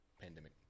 pandemic